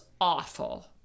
awful